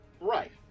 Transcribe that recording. Right